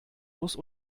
muss